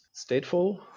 stateful